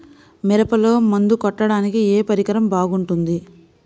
మిరపలో మందు కొట్టాడానికి ఏ పరికరం బాగుంటుంది?